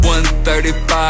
1.35